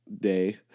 day